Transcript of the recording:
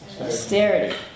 Austerity